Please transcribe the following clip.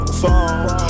phone